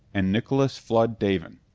and nicholas flood davin.